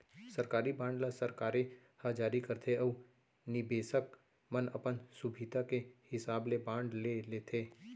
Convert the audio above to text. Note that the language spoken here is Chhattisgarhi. सरकारी बांड ल सरकारे ह जारी करथे अउ निबेसक मन अपन सुभीता के हिसाब ले बांड ले लेथें